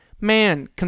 Man